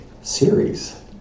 series